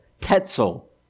Tetzel